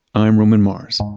i'm roman mars